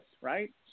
right